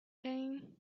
pain